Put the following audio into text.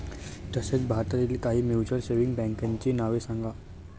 तसेच भारतातील काही म्युच्युअल सेव्हिंग बँकांची नावे सांगा